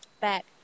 Back